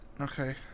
okay